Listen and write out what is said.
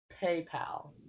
paypal